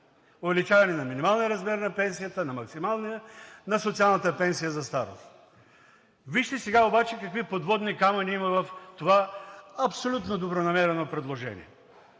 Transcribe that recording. увеличаване на минималния размер на пенсията, на максималния, на социалната пенсия за старост. Вижте сега обаче какви подводни камъни има в това абсолютно добронамерено предложение.